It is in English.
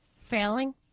failing